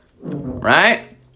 Right